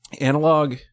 analog